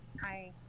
Hi